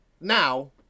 now